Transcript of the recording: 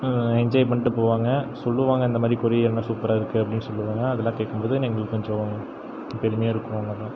enjoy பண்ணிட்டு போவாங்க சொல்லுவாங்க இந்த மாதிரி கொடியேறு அணை சூப்பராக இருக்குது அப்படின் சொல்வாங்க அதெலாம் கேட்கும்போது எங்களுக்கு கொஞ்சம் பெருமையாக இருக்கும்